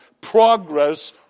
progress